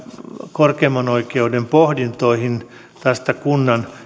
korkeimman oikeuden pohdintoihin kunnan